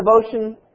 devotion